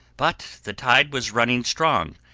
but the tide was running strong,